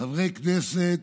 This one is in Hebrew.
חברי כנסת